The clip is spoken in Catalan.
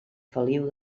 feliu